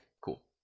cool